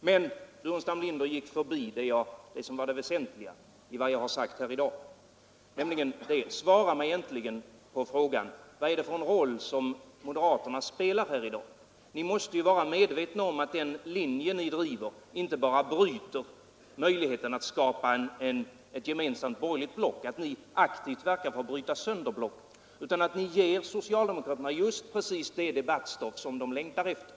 Men herr Burenstam Linder gick förbi det väsentliga i vad jag sagt i dag. Svara mig äntligen på frågan: Vad är det för roll moderaterna spelar här i dag? Ni måste ju vara medvetna om att den linje ni driver inte bara bryter möjligheten att skapa ett gemensamt borgerligt block — ni verkar aktivt för att bryta sönder blocket — utan också ger socialdemokraterna just det debattstoff som de längtar efter.